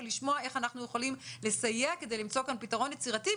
ולשמוע איך אנחנו יכולים לסייע כדי למצוא כאן פתרון יצירתי,